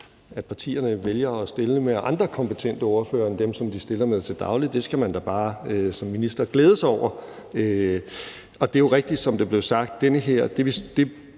at partierne vælger at stille med andre kompetente ordførere end dem, som de stiller med til daglig. Det skal man som minister da bare glæde sig over. Det er jo rigtigt, som det blev sagt,